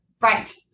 right